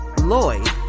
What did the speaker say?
Lloyd